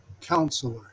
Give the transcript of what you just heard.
Counselor